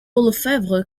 lefevre